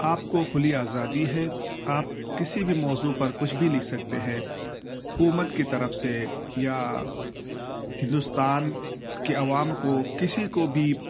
آپ کو کھلی آزادی ہے آپ کسی بھی موضوع پر کچھ بھی لکھ سکتے ہیں حکومت کی طرف سے یا ہندوستان کے عوام کو کسی کو بھی